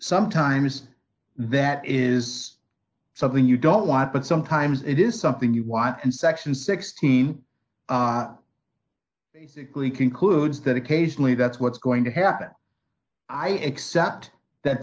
sometimes that is something you don't want but sometimes it is something you want and section sixteen basically concludes that occasionally that's what's going to happen i accept that